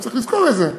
צריך לזכור גם את זה.